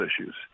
issues